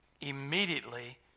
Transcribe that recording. immediately